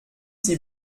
sie